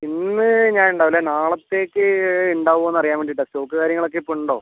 ഇന്ന് ഞാൻ ഉണ്ടാവില്ല നാളത്തേക്ക് ഉണ്ടാവുമോ എന്ന് അറിയാൻ വേണ്ടിയിട്ടാണ് സ്റ്റോക്ക് കാര്യങ്ങൾ ഒക്കെ ഇപ്പം ഉണ്ടോ